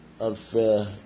unfair